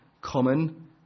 common